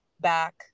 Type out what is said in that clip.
back